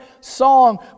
song